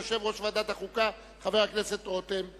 חוק ומשפט בדבר חלוקת הצעת חוק ההתייעלות הכלכלית (תיקוני